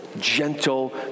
gentle